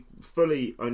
fully